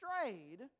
strayed